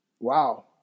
Wow